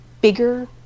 bigger